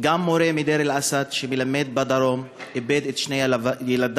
גם מורה מדיר-אל-אסד שמלמד בדרום איבד את שני ילדיו,